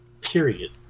Period